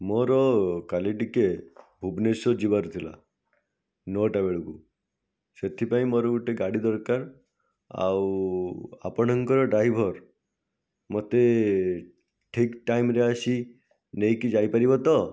ମୋର କାଲି ଟିକେ ଭୁବନେଶ୍ୱର ଯିବାର ଥିଲା ନଅଟା ବେଳକୁ ସେଥିପାଇଁ ମୋର ଗୋଟିଏ ଗାଡ଼ି ଦରକାର ଆଉ ଆପଣଙ୍କର ଡ୍ରାଇଭର ମୋତେ ଠିକ୍ ଟାଇମ୍ରେ ଆସି ନେଇକି ଯାଇପାରିବ ତ